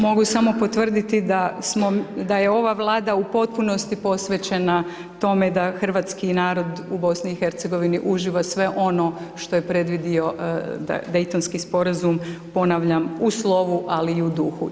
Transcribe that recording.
Mogu samo potvrditi da smo, da je ova Vlada u potpunosti posvećena tome da hrvatski narod u BiH uživa sve ono što je predvidio Daytonski sporazum, ponavljam u slovu ali i u duhu.